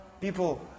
People